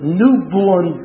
newborn